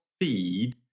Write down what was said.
feed